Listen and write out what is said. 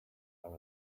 are